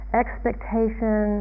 expectation